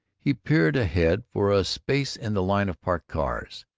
he peered ahead for a space in the line of parked cars.